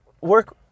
work